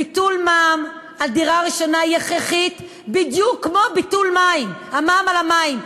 ביטול מע"מ על דירה ראשונה הוא הכרחי בדיוק כמו ביטול המע"מ על המים,